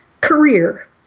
career